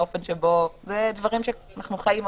זה דברים שאנחנו חיים אותם.